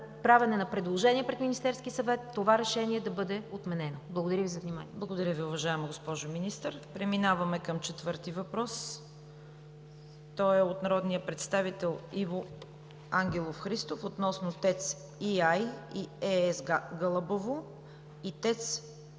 правене на предложение пред Министерския съвет това решение да бъде отменено. Благодаря Ви за вниманието. ПРЕДСЕДАТЕЛ ЦВЕТА КАРАЯНЧЕВА: Благодаря Ви, уважаема госпожо Министър. Преминаваме към четвърти въпрос. Той е от народния представител Иво Ангелов Христов относно ТЕЦ „АЙ И ЕС Гълъбово“ и ТЕЦ